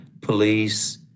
police